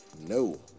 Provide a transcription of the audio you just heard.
no